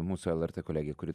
mūsų lrt kolegė kuri